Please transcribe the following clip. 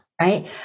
Right